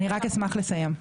אני רק אשמח לסיים,